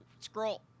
scroll